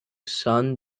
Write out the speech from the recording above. sun